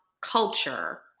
culture